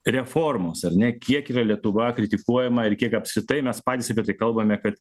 reformos ar ne kiek yra lietuva kritikuojama ir kiek apskritai mes patys apie tai kalbame kad